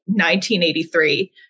1983